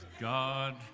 God